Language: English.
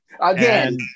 Again